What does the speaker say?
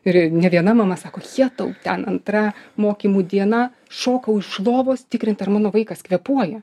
ir ne viena mama sako jetau ten antra mokymų diena šokau iš lovos tikrint ar mano vaikas kvėpuoja